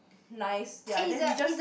nice ya then we just